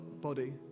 body